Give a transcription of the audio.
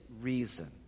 reason